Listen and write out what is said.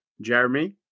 Jeremy